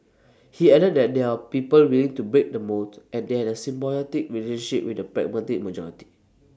he added that there people willing to break the mould and they had symbiotic relationship with the pragmatic majority